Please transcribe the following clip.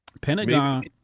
Pentagon